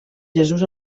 jesús